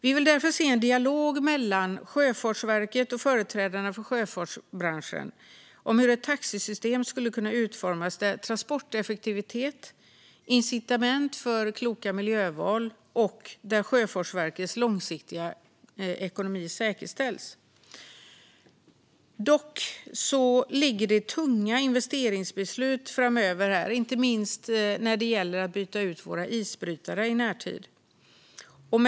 Vi vill därför se en dialog mellan Sjöfartsverket och företrädare för sjöfartsbranschen om hur ett taxesystem skulle kunna utformas. Där kan transporteffektivitet och incitament för kloka miljöval styra och Sjöfartsverkets långsiktiga ekonomi säkerställas. Det finns dock tunga investeringsbeslut framöver. Inte minst måste våra isbrytare i närtid bytas ut.